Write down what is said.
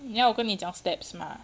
你要我跟你讲 steps 吗